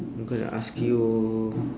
I'm gonna ask you